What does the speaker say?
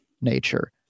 nature